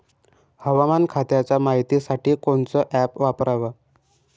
हवामान खात्याच्या मायतीसाठी कोनचं ॲप वापराव?